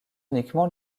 uniquement